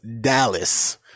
Dallas